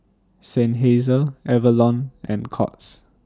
Seinheiser Avalon and Courts